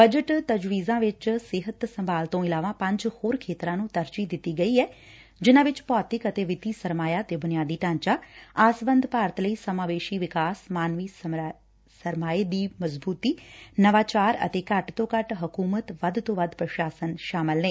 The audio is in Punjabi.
ਬਜਟ ਤਜਵੀਜਾਂ ਵਿਚ ਸਿਹਤ ਸੰਭਾਲ ਤੋਂ ਇਲਾਵਾ ਪੰਜ ਹੋਰ ਖੇਤਰਾਂ ਨੂੰ ਤਰਜੀਹ ਦਿੱਤੀ ਗਈ ਐ ਜਿਨਾਂ ਚ ਭੌਤਿਕ ਅਤੇ ਵਿੱਤੀ ਸਰਮਾਇਆ ਤੇ ਬੁਨਿਆਦੀ ਢਾਚਾ ਆਸਵੰਦ ਭਾਰਤ ਲਈ ਸਮਾਵੇਸੀ ਵਿਕਾਸ ਮਾਨਵੀ ਸਰਮਾਏ ਦੀ ਮਜ਼ਬਤੀ ਨਵਾਚਾਰ ਅਤੇ ਘੱਟ ਤੋਂ ਘੱਟ ਹਕੁਮਤ ਵੱਧ ਤੋਂ ਵੱਧ ਪੁਸ਼ਾਸਨ ਸ਼ਾਮਲ ਨੇ